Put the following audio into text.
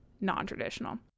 non-traditional